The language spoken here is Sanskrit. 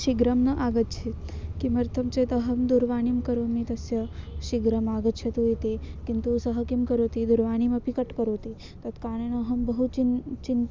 शीघ्रं न आगच्छेत् किमर्थं चेत् अहं दूरवाणीं करोमि तस्य शीघ्रम् आगच्छतु इति किन्तु सः किं करोति दूरवाणीमपि कट् करोति तत्काणेन अहं बहु चिन् चिन्